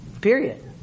period